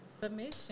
Submission